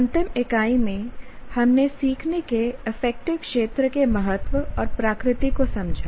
अंतिम इकाई में हमने सीखने के अफेक्टिव क्षेत्र के महत्व और प्रकृति को समझा